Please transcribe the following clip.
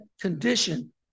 condition